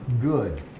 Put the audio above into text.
good